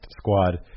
Squad